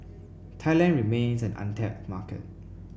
Thailand remains an untapped market